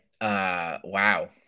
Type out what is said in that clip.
Wow